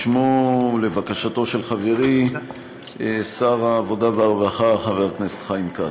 בשמו ולבקשתו של חברי שר העבודה והרווחה חבר הכנסת חיים כץ.